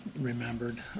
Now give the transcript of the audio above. remembered